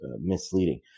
misleading